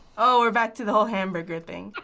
oh, we're back to the whole hamburger thing. ah